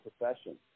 profession